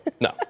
No